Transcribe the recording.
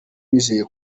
bizeye